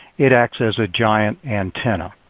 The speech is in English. it acts as a giant antenna.